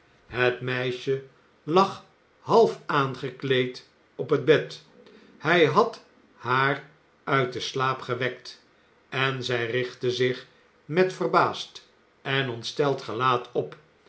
het meisje lag half aangekleed op het bed hij had haar uit den slaap gewekt en zij richtte zich met verbaasd en ontsteld gelaat op